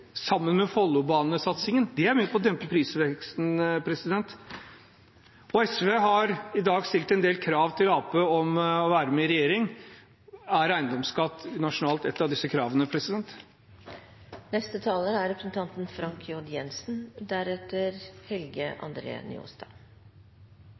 sammen med Follobane-satsingen. Det er med på å dempe prisveksten. SV har i dag stilt en del krav til Arbeiderpartiet om å være med i regjering. Er nasjonal eiendomsskatt et av disse kravene?